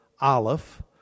Aleph